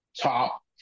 top